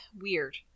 weird